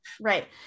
right